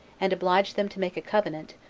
and obliged them to make a covenant,